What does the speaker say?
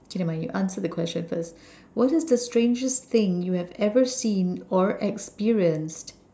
okay never mind you answer the question first what is the strangest thing you have ever seen or experienced